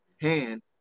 hand